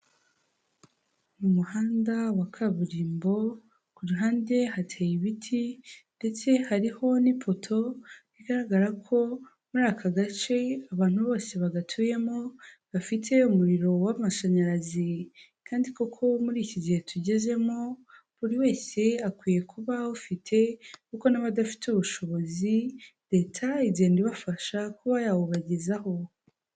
Mu muhanda wa kaburimbo ku ruhande hateye ibiti ndetse hariho n'ipoto bigaragara ko muri aka gace abantu bose bagatuyemo bafite umuriro w'amashanyarazi, kandi koko muri iki gihe tugezemo buri wese akwiye kuba awufite kuko n'abadafite ubushobozi leta igenda ibafasha kuba yawubagezaho.